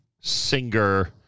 singer